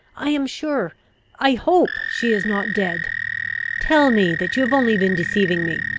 i am sure i hope she is not dead tell me that you have only been deceiving me,